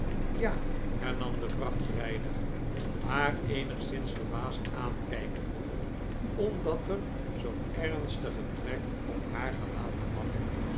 ja hernam de vrachtrijder haar eenigszins verbaasd aankijkende omdat er zoo'n ernstige trek op haar gelaat kwarn